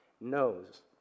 knows